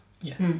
Yes